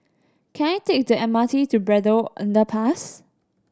can I take the M R T to Braddell Underpass